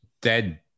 dead